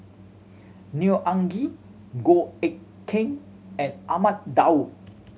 Neo Anngee Goh Eck Kheng and Ahmad Daud